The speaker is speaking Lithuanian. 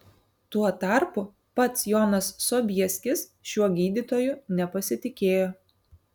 tuo tarpu pats jonas sobieskis šiuo gydytoju nepasitikėjo